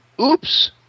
oops